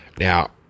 Now